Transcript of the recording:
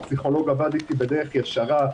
הפסיכולוג עבד איתי בדרך ישרה,